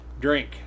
drink